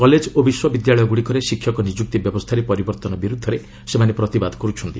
college ଓ ବିଶ୍ୱବିଦ୍ୟାଳୟଗୁଡ଼ିକରେ ଶିକ୍ଷକ ନିଯୁକ୍ତି ବ୍ୟବସ୍ଥାରେ ପରିବର୍ତ୍ତନ ବିରୁଦ୍ଧରେ ସେମାନେ ପ୍ରତିବାଦ କରୁଛନ୍ତି